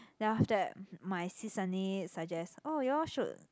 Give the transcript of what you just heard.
then after that my sis suddenly suggest oh you all should